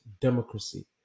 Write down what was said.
democracy